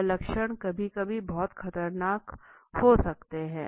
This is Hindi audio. यह लक्षण कभी कभी बहुत खतरनाक हो सकते हैं